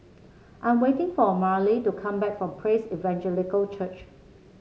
I'm waiting for Marely to come back from Praise Evangelical Church